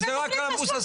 כשזה רק למבוססים,